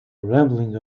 rambling